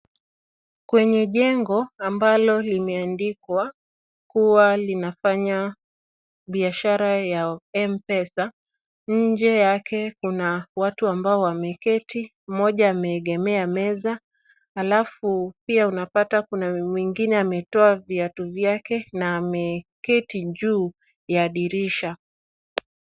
Kwenye jengo ambalo limeandikwa kuwa linafanya biashara ya M-Pesa. Nje yake kuna watu ambao wameketi, mmoja ameegemea meza alafu pia unapata kuna mwingine ametoa viatu vyake na ameketi juu ya dirisha.